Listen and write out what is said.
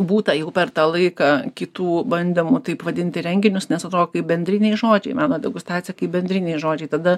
būta jau per tą laiką kitų bandymų taip vadinti renginius nes atrodo kaip bendriniai žodžiai meno degustacija kaip bendriniai žodžiai tada